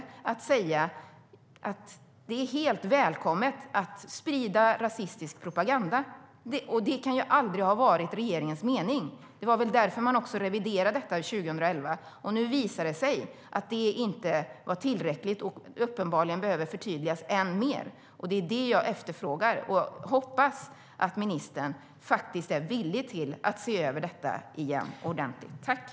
Det är att säga att man är helt välkommen att sprida rasistisk propaganda. Det kan ju aldrig ha varit regeringens mening. Det var väl därför man reviderade detta 2011.